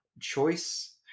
choice